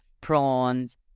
prawns